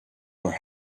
were